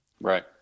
Right